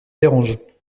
dérange